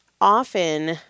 often